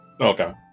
Okay